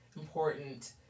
important